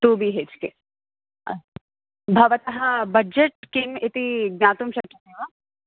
two B H K अस्तु भवतः budget किम् इति ज्ञातुं शक्यते वा